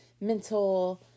mental